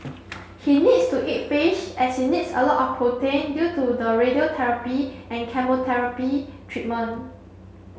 he needs to eat fish as he needs a lot of protein due to the radiotherapy chemotherapy treatment